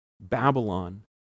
Babylon